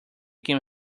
can